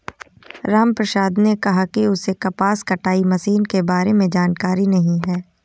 रामप्रसाद ने कहा कि उसे कपास कटाई मशीन के बारे में जानकारी नहीं है